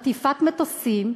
חטיפת מטוסים,